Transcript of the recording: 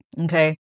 Okay